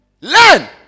Learn